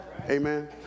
amen